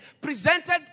presented